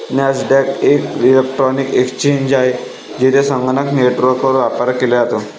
Nasdaq एक electronic exchange आहे, जेथे संगणक नेटवर्कवर व्यापार केला जातो